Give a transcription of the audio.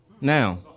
Now